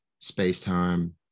space-time